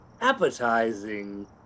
appetizing